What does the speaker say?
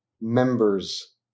members